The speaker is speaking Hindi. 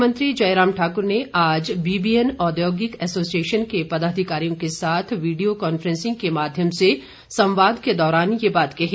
मुख्यमंत्री जयराम ठाकुर ने आज बीबीएन औद्योगिक एसोसिएशन के पदाधिकारियों के साथ वीडियो कॉनफ्रेंसिंग के माध्यम से संवाद के दौरान ये बात कही